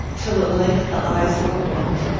till at length the eyes opened,